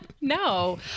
No